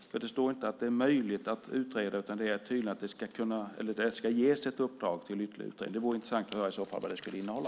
Det står inte att det är möjligt att utreda utan det ska ges ett uppdrag till en ytterligare utredning. Det vore intressant att höra vad det skulle innehålla.